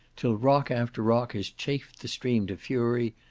till rock after rock has chafed the stream to fury,